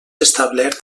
establert